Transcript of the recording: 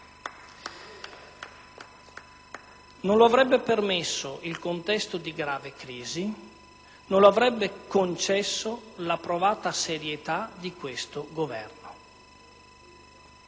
Non lo avrebbe permesso il contesto di grave crisi; non lo avrebbe concesso la provata serietà di questo Governo.